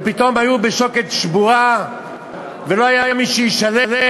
ופתאום הם היו מול שוקת שבורה ולא היה מי שישלם,